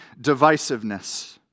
divisiveness